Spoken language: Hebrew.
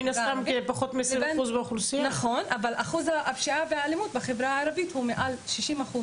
כשאחוז הפשיעה והאלימות בחברה הערבית הוא מעל ששים אחוז.